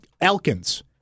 Elkins